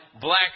Black